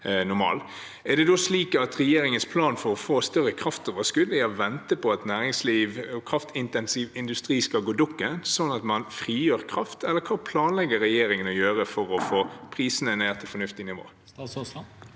Er det slik at regjeringens plan for å få større kraftoverskudd er å vente på at næringsliv og kraftintensiv industri skal gå dukken, sånn at man frigjør kraft – eller hva planlegger regjeringen å gjøre for å få prisene ned til et fornuftig nivå?